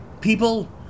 people